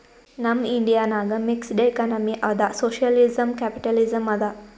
ನಮ್ ಇಂಡಿಯಾ ನಾಗ್ mixed economy ಅದಾ ಸೋಶಿಯಲಿಸಂ, ಕ್ಯಾಪಿಟಲಿಸಂ ಅದಾ